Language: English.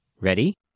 Ready